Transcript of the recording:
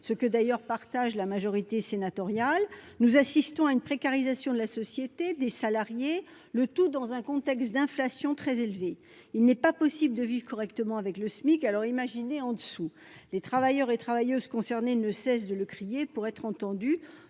d'ailleurs partagée par la majorité sénatoriale. Nous assistons à une précarisation de la société et des salariés, le tout dans un contexte d'inflation très élevée. Il n'est pas possible de vivre correctement avec le SMIC ; alors, imaginez ce qu'il en est en dessous ! Les travailleurs et travailleuses concernés ne cessent de le crier pour être entendus.